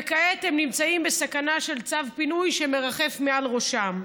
וכעת הם נמצאים בסכנה של צו פינוי שמרחף מעל ראשם.